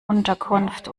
unterkunft